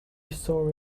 sorry